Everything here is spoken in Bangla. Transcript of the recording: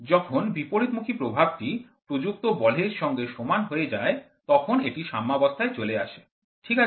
যখন বিপরীতমুখী প্রভাবটি প্রযুক্ত বলের সঙ্গে সমান হয়ে যায় তখন এটি সাম্যবস্থায় চলে আসে ঠিক আছে